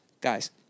Guys